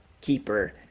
keeper